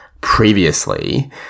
previously